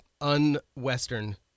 un-Western